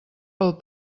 pel